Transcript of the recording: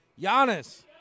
Giannis